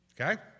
Okay